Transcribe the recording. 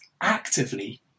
actively